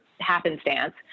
Happenstance